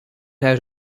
out